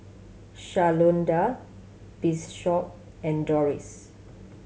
Shalonda Bishop and Dorris